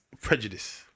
prejudice